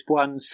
one